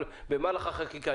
אבל במהלך החקיקה.